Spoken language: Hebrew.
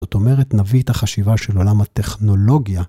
‫זאת אומרת, נביא את החשיבה ‫של עולם הטכנולוגיה.